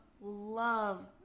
love